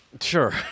Sure